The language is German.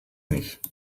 nicht